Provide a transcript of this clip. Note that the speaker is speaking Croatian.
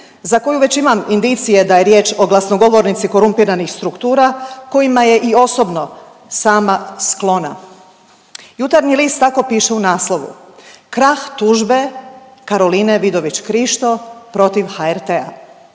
za koju već imam indicije da je riječ o glasnogovornici korumpiranih struktura kojima je i osobno sama sklona. „Jutarnji list“ tako piše u naslovu „krah tužbe Karoline Vidović Krišto protiv HRT-a“,